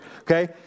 Okay